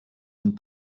une